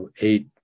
eight